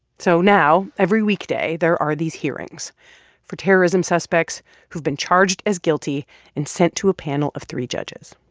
so now every weekday there are these hearings for terrorism suspects who've been charged as guilty and sent to a panel of three judges.